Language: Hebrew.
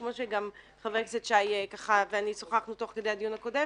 כפי שחבר הכנסת שי ואני שוחחנו תוך כדי הדיון הקודם.